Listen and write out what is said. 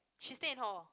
she stay in hall